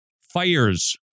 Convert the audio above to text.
fires